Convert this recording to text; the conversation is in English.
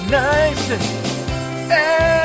nice